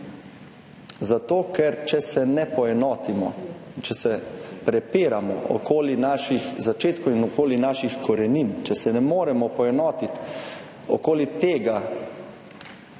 Zato ker če se ne poenotimo in če se prepiramo okoli naših začetkov in okoli naših korenin, če se ne moremo poenotiti okoli tega,